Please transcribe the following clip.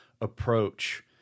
approach